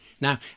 Now